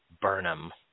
Burnham